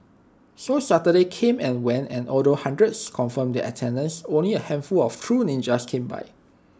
so Saturday came and went and although hundreds confirmed their attendance only A handful of true ninjas came by